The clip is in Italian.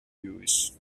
lewis